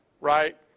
Right